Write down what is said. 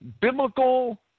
biblical